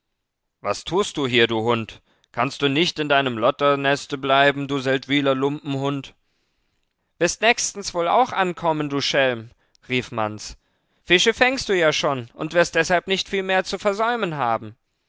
was tust du hier du hund kannst du nicht in deinem lotterneste bleiben du seldwyler lumpenhund wirst nächstens wohl auch ankommen du schelm rief manz fische fängst du ja auch schon und wirst deshalb nicht viel mehr zu versäumen haben